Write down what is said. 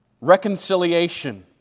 reconciliation